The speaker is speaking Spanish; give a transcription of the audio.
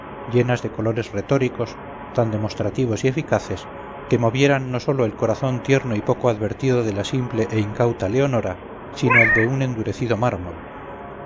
llenas de colores retóricos tan demonstrativos y eficaces que movieran no sólo el corazón tierno y poco advertido de la simple e incauta leonora sino el de un endurecido mármol